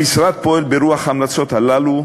המשרד פועל ברוח ההמלצות הללו.